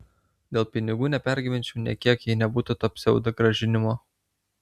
dėl pinigų nepergyvenčiau nė kiek jei nebūtų to pseudogrąžinimo